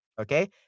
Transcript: Okay